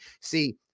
See